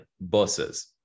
buses